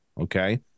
Okay